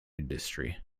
industry